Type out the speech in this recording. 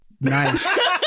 Nice